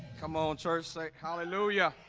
come on church say hallelujah